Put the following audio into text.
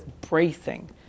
bracing